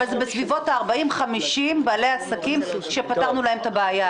אבל זה בסביבות ה-50-40 בעלי עסקים שפתרנו להם היום את הבעיה.